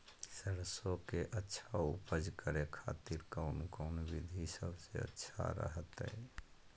सरसों के अच्छा उपज करे खातिर कौन कौन विधि सबसे अच्छा रहतय?